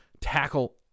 tackle